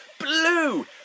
Blue